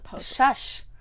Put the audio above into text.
shush